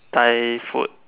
Thai food